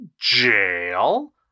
jail